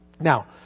Now